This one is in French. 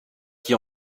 qui